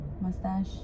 mustache